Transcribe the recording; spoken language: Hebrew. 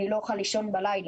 אני לא אוכל לישון בלילה.